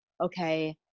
Okay